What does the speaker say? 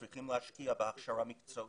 צריך להשקיע בהכשרה מקצועית,